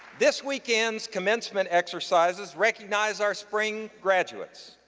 this weekend's commencement exercises recognize our spring graduates.